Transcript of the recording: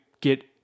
get